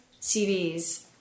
CDs